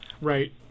right